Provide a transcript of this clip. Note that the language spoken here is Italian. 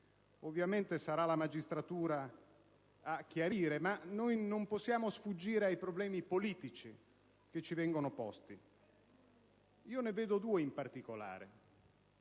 Ovviamente, sarà la magistratura a chiarire, ma noi non possiamo sfuggire ai problemi politici che ci vengono posti, ed io ne vedo due in particolare.